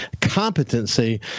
competency